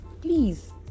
please